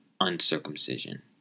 uncircumcision